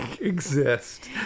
exist